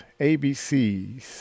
ABCs